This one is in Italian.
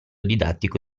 didattico